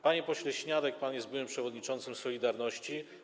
Panie pośle Śniadek, pan jest byłym przewodniczącym „Solidarności”